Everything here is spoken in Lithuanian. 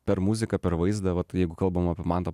per muziką per vaizdą vat jeigu kalbam apie mantą